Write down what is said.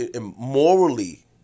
morally